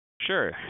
Sure